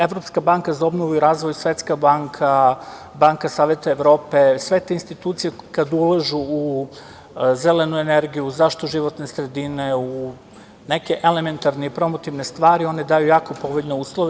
Evropska banka za obnovu i razvoj, Svetska banka, Banka Saveta Evrope, sve te institucije kada ulažu u zelenu energiju, zaštitu životne sredine, u neke elementarne i promotivne stvari, one daju jako povoljne uslove.